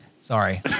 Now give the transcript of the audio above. sorry